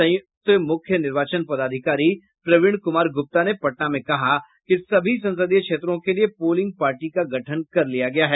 संयुक्त मुख्य निर्वाचन पदाधिकारी प्रवीण कुमार गुप्ता ने पटना में कहा कि सभी संसदीय क्षेत्रों के लिए पोलिंग पार्टी का गठन कर लिया गया है